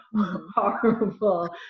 horrible